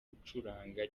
gucuranga